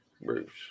Bruce